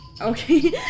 Okay